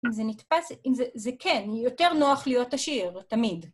אז זה נתפס, אם זה, זה כן, היא יותר נוחה להיות עשיר תמיד.